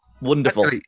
Wonderful